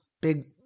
big